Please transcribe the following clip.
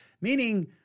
Meaning